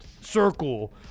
circle